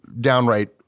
downright